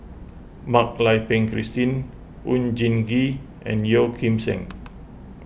Mak Lai Peng Christine Oon Jin Gee and Yeo Kim Seng